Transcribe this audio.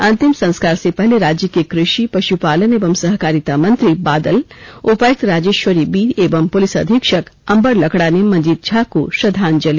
अंतिम संस्कार से पहले राज्य के कृषि पशुपालन एवं सहकारिता मंत्री बादल उपायुक्त राजेश्वरी बी एवं पुलिस अधीक्षक अंबर लकड़ा ने मंजीत झा को श्रद्वांजलि दी